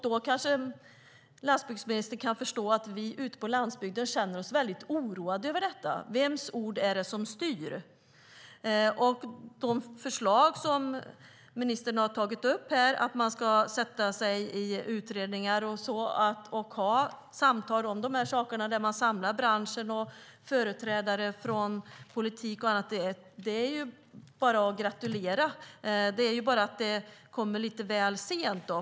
Då kanske landsbygdsministern kan förstå att vi ute på landsbygden känner oss väldigt oroade över detta. Vems ord är det som styr? Ministern har tagit upp förslag om att man ska sätta sig i utredningar och ha samtal där man samlar branschen och företrädare från politiken och annat. Det är bara att gratulera. Det är bara att det kommer lite väl sent.